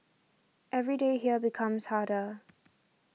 every day here becomes harder